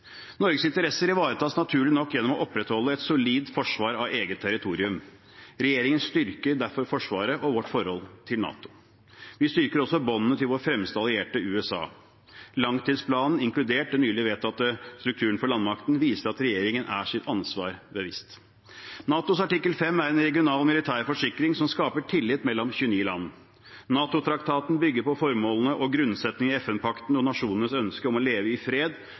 Norges interesser ivaretas naturlig nok gjennom å opprettholde et solid forsvar av eget territorium. Regjeringen styrker derfor Forsvaret og vårt forhold til NATO. Vi styrker også båndene til vår fremste allierte, USA. Langtidsplanen, inkludert den nylig vedtatte strukturen for landmakten, viser at regjeringen er seg sitt ansvar bevisst. NATOs artikkel 5 er en regional militær forsikring som skaper tillit mellom 29 land. NATO-traktaten bygger på formålene og grunnsetningene i FN-pakten og nasjonenes ønske om å leve i fred